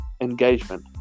engagement